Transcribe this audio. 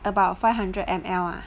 about five hundred M_L ah